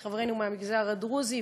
את חברינו מהמגזר הדרוזי,